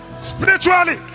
spiritually